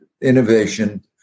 innovation